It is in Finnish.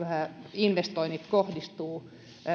investoinnit kohdistuvat